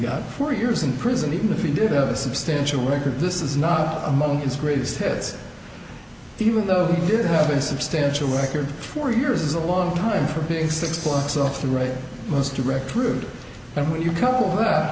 got four years in prison even if you did have a substantial record this is not among his greatest hits even though he did have a substantial record four years is a long time for being six books off the right most direct route but when you co